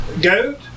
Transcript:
Goat